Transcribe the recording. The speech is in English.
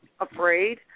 afraid